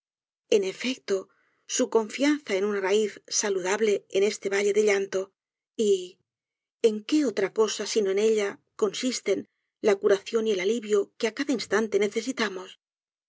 en efecto su confianza en una raiz saludable en este valle de llanto y en qué otra cosa sino en ella consisten la curación y el alivio que á cada instante necesitamos